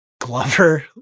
Glover